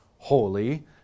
holy